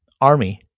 Army